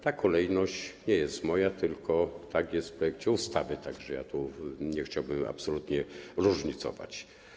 Ta kolejność nie jest moja, tylko tak jest w projekcie ustawy, tak że ja tu nie chciałbym absolutnie różnicować.